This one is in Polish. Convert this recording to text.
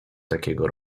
takiego